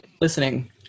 listening